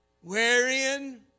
Wherein